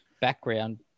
background